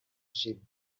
sheep